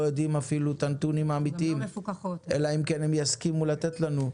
יודעים את הנתונים האמיתיים אלא אם כן הן יסכימו לתת לנו.